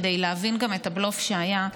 כדי להבין גם את הבלוף שהיה,